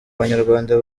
banyarwanda